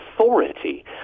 authority